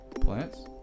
Plants